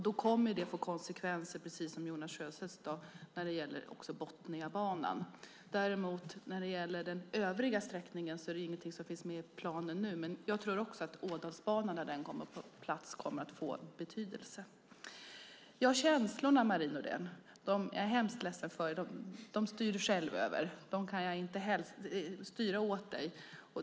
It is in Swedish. Det kommer att få konsekvenser också när det gäller Botniabanan, precis som Jonas Sjöstedt sade. Den övriga sträckningen finns inte med i planen nu, men jag tror att Ådalsbanan när den kommer på plats får betydelse. Dina känslor, Marie Nordén, styr du själv över. Dem kan jag inte styra åt dig.